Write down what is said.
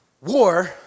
war